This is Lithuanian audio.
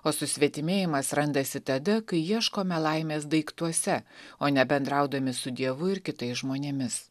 o susvetimėjimas randasi tada kai ieškome laimės daiktuose o ne bendraudami su dievu ir kitais žmonėmis